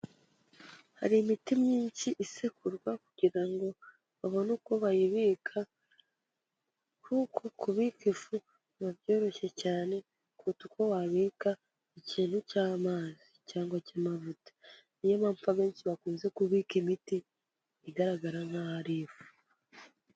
Hari imiti myinshi isekurwa kugira ngo babone uko bayibika kuko kubika ifu biba byoroshye cyane kuruta uko wabika ikintu cy'amazi cyangwa cy'amavuta, niyo mpamvu abenshi bakunze kubika imiti igaragara nkaho ari ivu.